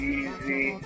easy